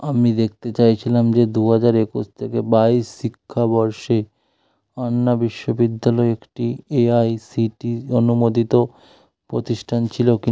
আমি দেখতে চাইছিলাম যে দুহাজার একুশ থেকে বাইশ শিক্ষাবর্ষে আন্না বিশ্ববিদ্যালয় একটি এআইসিটিই অনুমোদিত প্রতিষ্ঠান ছিল কি